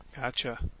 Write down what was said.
Gotcha